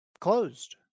closed